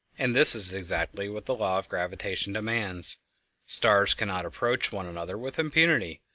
and this is exactly what the law of gravitation demands stars cannot approach one another with impunity,